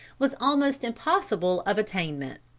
was almost impossible of attainment.